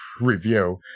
review